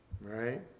Right